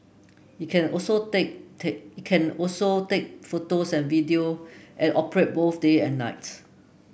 it can also take take it can also take photos and video and operate both day and night